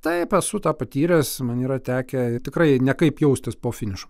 taip esu tą patyręs man yra tekę tikrai nekaip jaustis po finišo